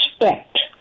respect